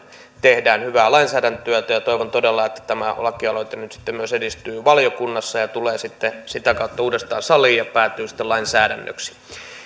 tehdään hyvää lainsäädäntötyötä ja toivon todella että tämä lakialoite nyt myös edistyy valiokunnassa ja tulee sitä kautta uudestaan saliin ja päätyy sitten lainsäädännöksi